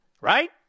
right